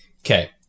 Okay